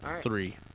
Three